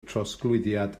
trosglwyddiad